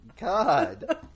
God